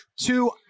Two